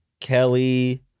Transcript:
Kelly